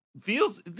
feels